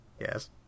Yes